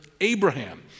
Abraham